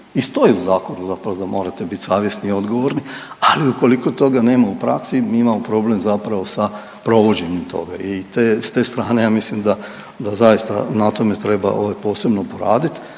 i stoji u zakonu zapravo da morate biti savjesni i odgovorni, ali ukoliko toga nema u praksi mi imamo problem zapravo sa provođenjem toga. I te, s te strane ja mislim da zaista na tome treba ovaj posebno poraditi